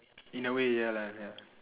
in a way ya